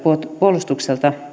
puolustukselta